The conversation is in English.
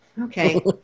Okay